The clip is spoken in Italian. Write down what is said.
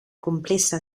complessa